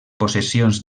possessions